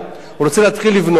הוא רוצה להתחיל לבנות,